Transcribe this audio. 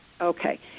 Okay